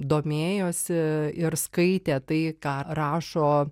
domėjosi ir skaitė tai ką rašo